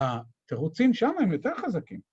‫התירוצים שם הם יותר חזקים.